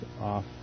off